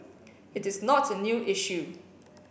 it is not a new issue